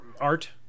art